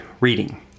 reading